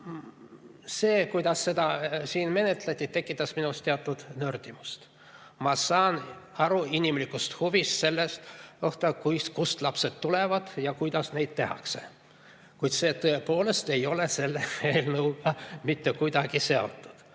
See, kuidas seda eelnõu siin menetleti, tekitas minus teatud nördimust. Ma saan aru inimlikust huvist selle vastu, kust lapsed tulevad ja kuidas neid tehakse, kuid see tõepoolest ei ole selle eelnõuga mitte kuidagi seotud.